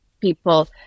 people